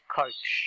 coach